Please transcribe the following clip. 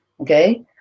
okay